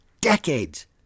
decades